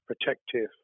protective